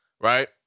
right